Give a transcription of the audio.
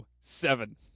seven